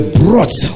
brought